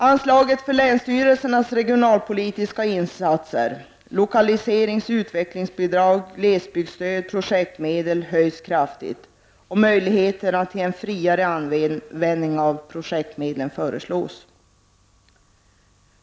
Anslaget för länsstyrelsernas regionalpolitiska insatser, lokaliseringsoch utvecklingsbidrag, glesbygdsstöd och projektmedel, höjs kraftigt och möjligheter till en friare användning av projektmedlen föreslås.